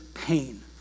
pain